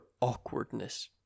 awkwardness